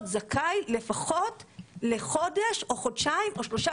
זכאי לפחות לחודש או חודשיים או שלושה,